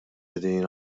qegħdin